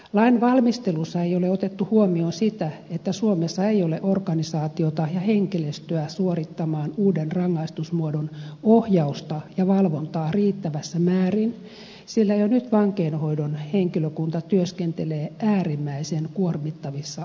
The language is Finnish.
lain valmistelussa ei ole otettu huomioon sitä että suomessa ei ole organisaatiota ja henkilöstöä suorittamaan uuden rangaistusmuodon ohjausta ja valvontaa riittävässä määrin sillä jo nyt vankeinhoidon henkilökunta työskentelee äärimmäisen kuormittavissa oloissa